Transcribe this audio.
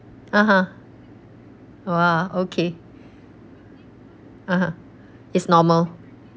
(uh huh) !wah! okay (uh huh) it's normal